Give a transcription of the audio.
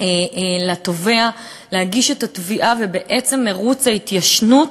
לתובע להגיש את התביעה ובעצם מירוץ ההתיישנות,